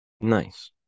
Nice